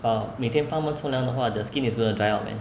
哦每天帮它们冲凉的话 the skin is going to dry out eh